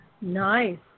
Nice